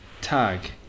tag